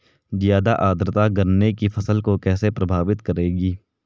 ज़्यादा आर्द्रता गन्ने की फसल को कैसे प्रभावित करेगी?